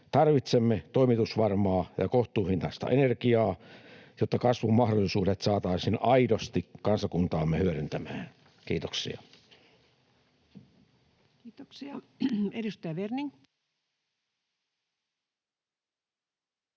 Tarvitsemme toimitusvarmaa ja kohtuuhintaista energiaa, jotta kasvun mahdollisuudet saataisiin aidosti kansakuntaamme hyödyttämään. — Kiitoksia. [Speech